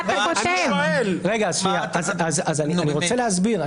אני רוצה להסביר.